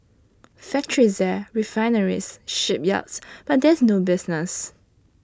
factories there refineries shipyards but there's no business